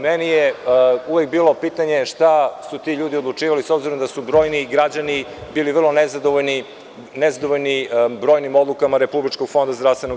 Meni je uvek bilo pitanje, šta su ti ljudi odlučivali, s obzirom da su brojni građani bili vrlo nezadovoljni brojnim odlukama RFZO.